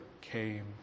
came